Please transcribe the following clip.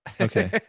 Okay